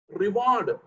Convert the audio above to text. reward